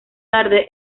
tarde